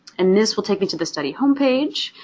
and this will take me to the study home page,